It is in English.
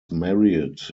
married